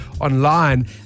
online